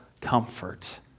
comfort